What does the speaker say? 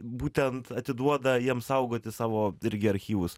būtent atiduoda jiems saugoti savo irgi archyvus